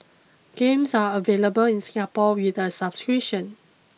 games are available in Singapore with a subscription